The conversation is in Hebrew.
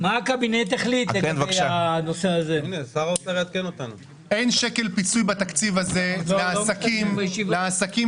אין שקל פיצוי בתקציב הזה לעסקים